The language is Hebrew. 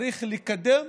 צריך לקדם,